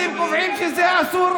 אתם קובעים שזה אסור,